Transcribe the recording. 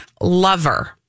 lover